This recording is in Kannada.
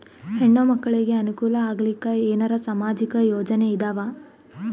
ಹೆಣ್ಣು ಮಕ್ಕಳಿಗೆ ಅನುಕೂಲ ಆಗಲಿಕ್ಕ ಏನರ ಸಾಮಾಜಿಕ ಯೋಜನೆ ಇದಾವ?